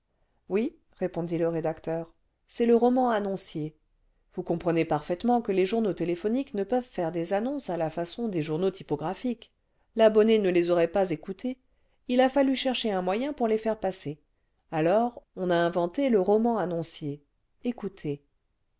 oui répondit le rédacteur c'est le roman annoncier vous comprenez parfaitement que les journaux téléphoniques ne peuvent faire des annonces à la façon des journaux typographiques l'abonné ne les aurait pas écoutées il a fallu chercher un moyen pour les faire passer alors on a inventé le roman annoncier écoutez